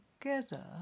together